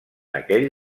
aquell